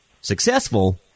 successful